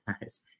guys